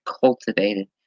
cultivated